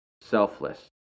selfless